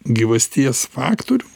gyvasties faktorium